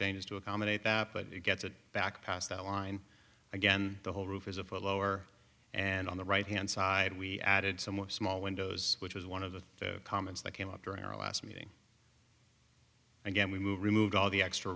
changes to accommodate that but it gets it back past that line again the whole roof is a follower and on the right hand side we added some more small windows which is one of the comments that came up during our last meeting and then we move removed all the extra